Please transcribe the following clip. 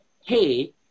hey